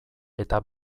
eta